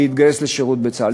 להתגייס לשירות בצה"ל.